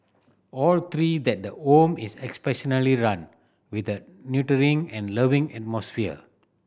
all three that the home is run with a nurturing and loving atmosphere